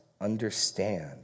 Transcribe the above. understand